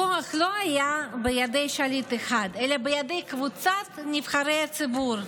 הכוח לא היה בידי שליט אחד אלא בידי קבוצת נבחרי הציבור.